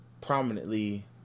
prominently